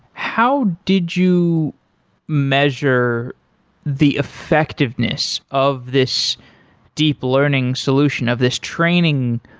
how did you measure the effectiveness of this deep learning solution, of this training,